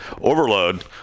overload